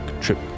trip